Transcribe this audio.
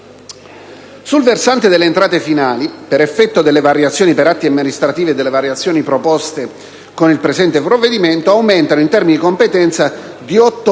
paper.* Le entrate finali - per effetto delle variazioni per atti amministrativi e delle variazioni proposte con il presente provvedimento - aumentano, in termini di competenza, di